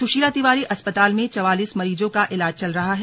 सुशीला तिवारी अस्पताल में चवालीस मरीजों का इलाज चल रहा है